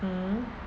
mmhmm